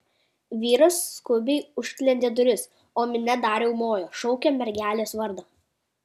vyras skubiai užsklendė duris o minia dar riaumojo šaukė mergelės vardą